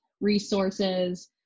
resources